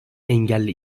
engelli